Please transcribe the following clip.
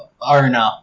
owner